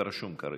אתה רשום, קרעי.